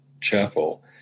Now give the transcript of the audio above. chapel